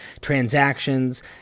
transactions